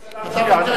נגד.